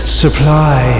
supply